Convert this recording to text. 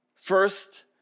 First